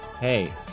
hey